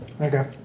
Okay